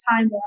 time